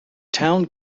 town